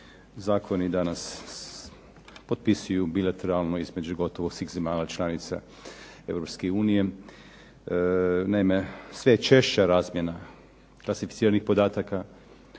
zakoni danas potpisuju bilateralno između gotovo svih zemalja članica Europske unije. Naime, sve je češća razmjena klasificiranih podataka.